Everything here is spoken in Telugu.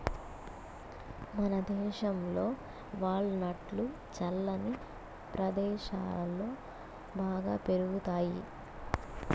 మనదేశంలో వాల్ నట్లు చల్లని ప్రదేశాలలో బాగా పెరుగుతాయి